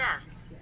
Yes